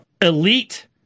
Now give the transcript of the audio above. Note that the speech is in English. elite